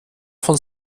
von